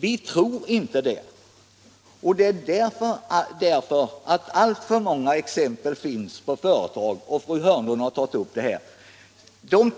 Vi tror inte det, därför att alltför många exempel finns på företag — fru Hörnlund har nämnt det — som